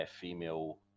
female